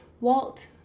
Walt